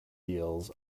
deals